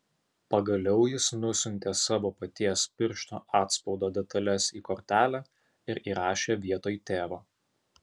pagaliau jis nusiuntė savo paties piršto atspaudo detales į kortelę ir įrašė vietoj tėvo